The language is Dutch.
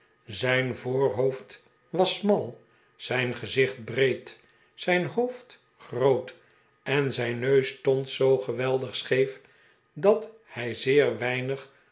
zijn voorhoofd was smal zijn gezicht breed zijn hoofd groot en zijn neus stond zoo geweldig scheef dat hij zeer weinig